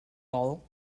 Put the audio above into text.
all